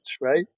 right